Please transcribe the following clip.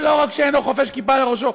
שלא רק שאינו חובש כיפה לראשו,